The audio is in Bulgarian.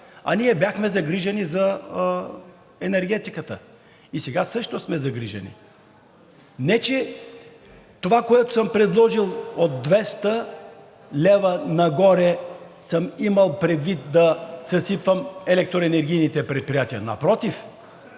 а ние бяхме загрижени за енергетиката и сега също сме загрижени. Не че това, което съм предложил, от 200 лв. нагоре, съм имал предвид да съсипвам електроенергийните предприятия. Напротив,